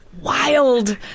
wild